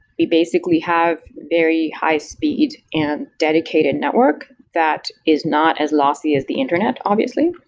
we basically have very high-speed and dedicated network that is not as lossy as the internet, obviously.